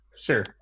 sure